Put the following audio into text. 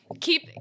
Keep